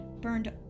burned